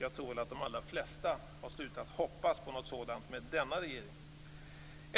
Jag tror att de allra flesta har slutat att hoppas på något sådant med denna regering.